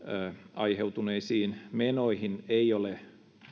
aiheutuneisiin menoihin ei ole